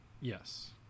yes